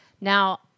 Now